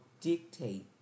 Dictate